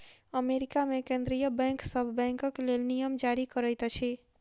America मे केंद्रीय bank सभ बैंकक लेल नियम जारी करैत अछि